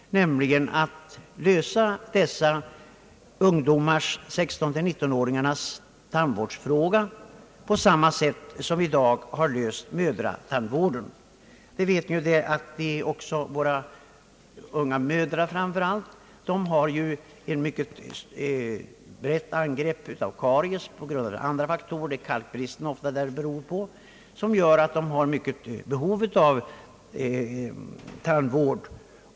Frågan om 16—19-åringarnas tandvård skulle då lösas på samma sätt som den i dag har lösts beträffande mödratandvården. Unga mödrar utsätts för mycket starka angrepp av karies — och de har ett stort behov av tandvård.